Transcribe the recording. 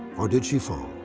or did she fall?